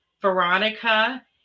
Veronica